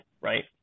right